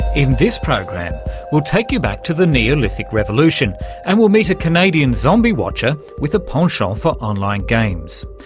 in this program we'll take you back to the neolithic revolution and we'll meet a canadian zombie watcher with a penchant for online games,